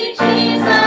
Jesus